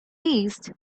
least